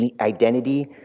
identity